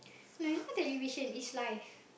no it's not television it's live